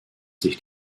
sich